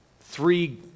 three